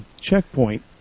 checkpoint